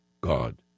God